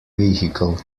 vehicle